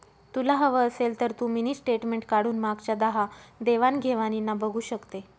तुला हवं असेल तर तू मिनी स्टेटमेंट काढून मागच्या दहा देवाण घेवाणीना बघू शकते